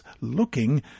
looking